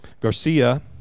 Garcia